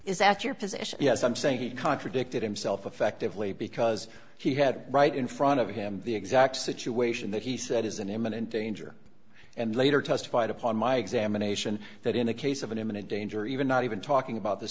is that your position yes i'm saying he contradicted himself effectively because he had right in front of him the exact situation that he said is an imminent danger and later testified upon my examination that in a case of an imminent danger even not even talking about the